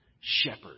shepherd